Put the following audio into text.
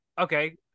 okay